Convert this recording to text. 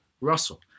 Russell